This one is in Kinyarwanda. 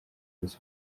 ubusa